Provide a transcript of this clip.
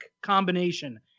combination